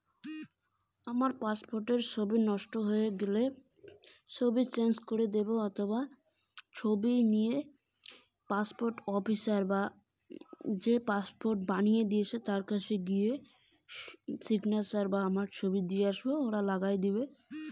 আমার পাসবুকের ছবি নষ্ট হয়ে গেলে আমার কী করা উচিৎ?